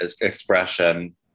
expression